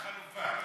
מה החלופה?